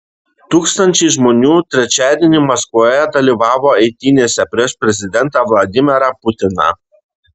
tūkstančiai žmonių trečiadienį maskvoje dalyvavo eitynėse prieš prezidentą vladimirą putiną